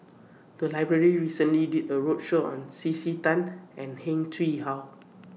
The Library recently did A roadshow on C C Tan and Heng Chee How